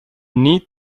need